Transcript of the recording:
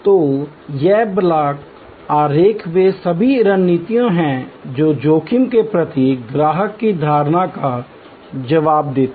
तो ये ब्लॉक आरेख वे सभी रणनीतियाँ हैं जो जोखिम के प्रति ग्राहक की धारणा का जवाब देती हैं